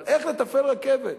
אבל איך לתפעל רכבת.